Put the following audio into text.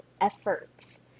efforts